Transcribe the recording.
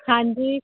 ਹਾਂਜੀ